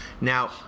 Now